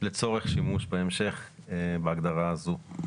לצורך שימוש בהמשך בהגדרה הזו.